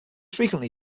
frequently